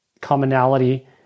commonality